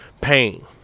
pain